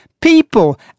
people